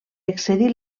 excedir